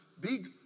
big